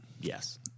Yes